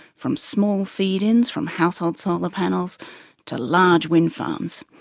from small feed-ins from household solar panels to large windfarms.